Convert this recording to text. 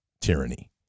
tyranny